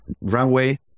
runway